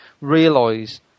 realise